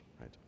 right